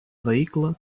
vehicle